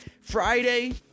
Friday